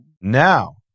Now